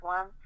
One